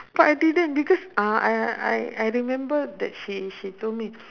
but I didn't because I I I I remember that she she told me